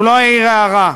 הוא לא העיר הערה.